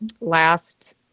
last